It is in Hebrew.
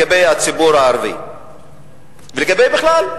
אני שואל לגבי הציבור הערבי ולגבי בכלל,